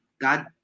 God